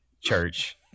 church